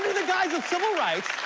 the guise of civil rights,